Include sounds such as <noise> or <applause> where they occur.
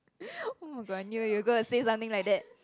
<breath> oh-my-god I knew you were gonna say something like that